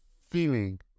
feeling